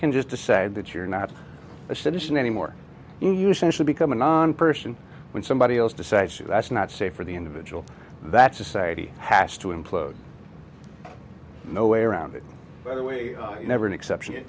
can just decide that you're not a citizen anymore you usually become a non person when somebody else decides that's not safe for the individual that society has to implode no way around it either way never an exception